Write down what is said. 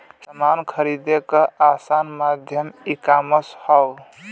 समान खरीदे क आसान माध्यम ईकामर्स हौ